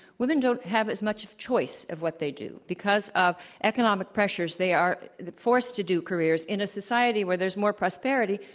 women don't have as much choice of what they do. because of economic pressures, they are forced to do careers in a society where there's more prosperity,